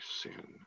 sin